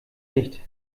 nicht